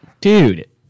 Dude